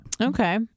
Okay